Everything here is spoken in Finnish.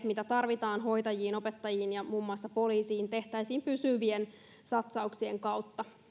mitä tarvitaan hoitajiin opettajiin ja muun muassa poliisiin tehtäisiin pysyvien satsauksien kautta